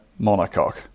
monocoque